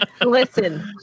Listen